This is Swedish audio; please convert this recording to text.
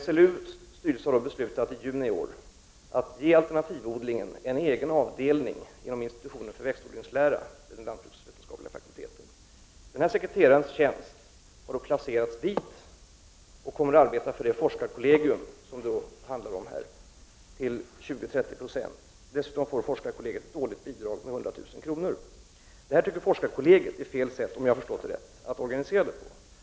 SLU-styrelsen har beslutat i juni i år att ge alternativodlingen en egen avdelning inom institutionen för växtodlingslära vid den lantbruksvetenskapliga fakulteten. Där har sekreteraren sin tjänst. Hon har placerats dit och kommer att arbeta för ett forskarkollegium till 20-30 96. Dessutom får forskarkollegiet ett årligt bidrag med 100 000 kr. Det här tycker forskarkollegiet är fel sätt, om jag har förstått det rätt, att organisera verksamheten på.